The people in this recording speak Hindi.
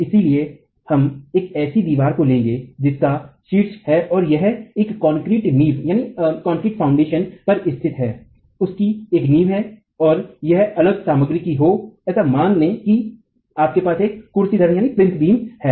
इसलिए हम एक ऐसी दीवार को लेंगे जिसका शीर्ष है और यह एक कंक्रीट नींव पर स्थिर है उसकी एक नींव हो और यह अलग सामग्री की हो मान लें कि आपके पास एक कुर्सी धरन है